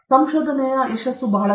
ಸಂಶೋಧನೆಯ ಯಶಸ್ಸು ಬಹಳ ಕಷ್ಟ